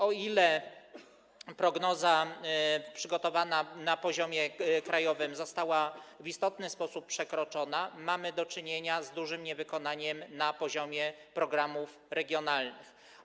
O ile prognoza przygotowana na poziomie krajowym została w istotny sposób przekroczona, o tyle mamy do czynienia z dużym niewykonaniem na poziomie programów regionalnych.